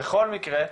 בכל מקרה,